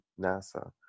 NASA